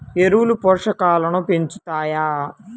ఎరువులు పోషకాలను పెంచుతాయా?